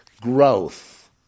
Growth